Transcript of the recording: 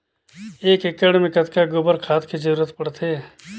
एक एकड़ मे कतका गोबर खाद के जरूरत पड़थे?